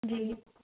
जी